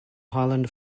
highland